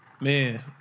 man